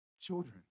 children